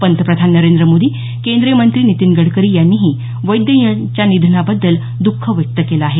पंतप्रधान नरेंद्र मोदी केंद्रीय मंत्री नितीन गडकरी यांनीही वैद्य यांच्या निधनाबद्दल द्ख व्यक्त केलं आहे